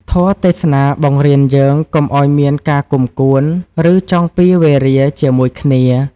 ធម៌ទេសនាបង្រៀនយើងកុំឱ្យមានការគុំកួន ឬចងពៀរវេរាជាមួយគ្នា។